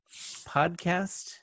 podcast